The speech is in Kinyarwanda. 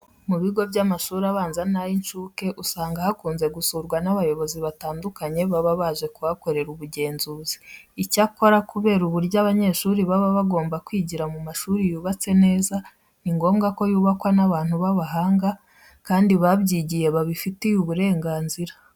Mu bigo by'amashuri abanza n'ay'incuke usanga hakunze gusurwa n'abayobozi batandukanye baba baje kuhakorera ubugenzuzi. Icyakora kubera uburyo abanyeshuri baba bagomba kwigira mu mashuri yubatse neza, ni ngombwa ko yubakwa n'abantu b'abahanga kandi babyigiye babifitiye n'uburenganzira.